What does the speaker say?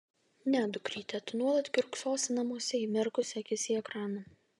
ne dukryte tu nuolat kiurksosi namuose įmerkusi akis į ekraną